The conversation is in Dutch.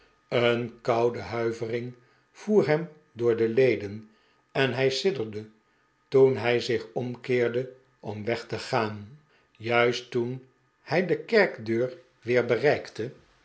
een koude buivering voer hem door de leden en hij sidderde toen hij zich omkeerde om weg te aan juist toen hij de kerkdeur weer bereikte